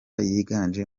yiganje